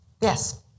Yes